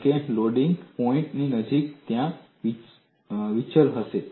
કારણ કે loading point ની નજીક ત્યાં વિચલનો હશે